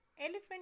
Elephant